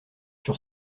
sur